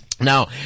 Now